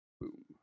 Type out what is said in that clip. Boom